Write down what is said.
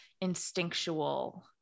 instinctual